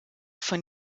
von